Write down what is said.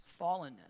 fallenness